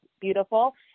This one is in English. beautiful